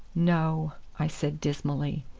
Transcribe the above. no, i said dismally,